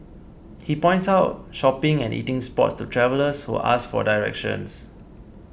he points out shopping and eating spots to travellers who ask for directions